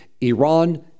Iran